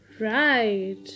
right